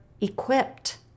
equipped